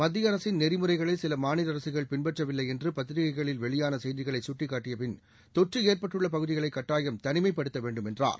மத்திய அரசின் நெறிமுறைகளை சிலமாநில அரசுகள் பின்பற்றவில்லை என்று பத்திரிகைகளில் வெளியான செய்திகளை சுட்டிக் காட்டிய அவர் தொற்று ஏற்ப்டடுள்ள பகுதிகளை கட்டாயம் தனிமைப்படுத்த வேண்டும் என்றார்